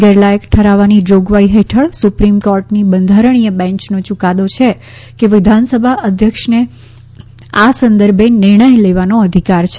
ગેરલાયક ઠરાવવાની જોગવાઈ હેઠળ સુપ્રીમ કોર્ટની બંધારણીય બેંચનો યુકાદો છે કે વિધાનસભા અધ્યક્ષને આ સંદર્ભે નિર્ણય લેવાનો અધિકાર છે